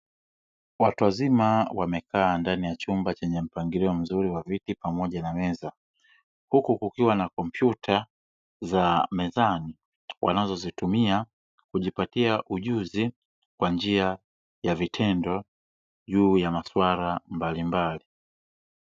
Watu wazima wamekaa ndani ya chumba chenye mpangilio mzuri wa viti pamoja na meza, huku kukiwa na kompyuta za mezani wanazozitumia kujipatia ujuzi, kwa njia ya vitendo juu ya maswala mbalimbali.